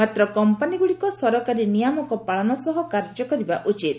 ମାତ୍ର କମ୍ପାନୀଗୁଡ଼ିକ ସରକାରୀ ନିୟାମକ ପାଳନ ସହ କାର୍ଯ୍ୟ କରିବା ଉଚିତ୍